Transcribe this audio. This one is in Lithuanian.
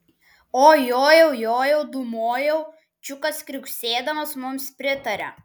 oi jojau jojau dūmojau čiukas kriuksėdamas mums pritaria